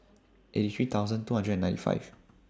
eighty three thousand two hundred and ninety five